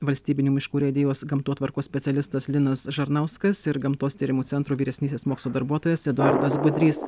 valstybinių miškų urėdijos gamtotvarkos specialistas linas žarnauskas ir gamtos tyrimų centro vyresnysis mokslo darbuotojas eduardas budrys